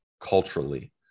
culturally